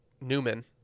Newman